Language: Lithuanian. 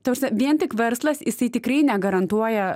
taprasme vien tik verslas jisai tikrai negarantuoja